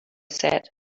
said